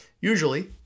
Usually